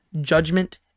Judgment